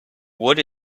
wood